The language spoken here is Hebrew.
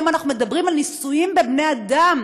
היום אנחנו מדברים על ניסויים בבני-אדם,